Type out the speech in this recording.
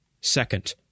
Second